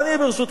ברשותכם,